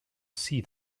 see